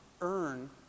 earn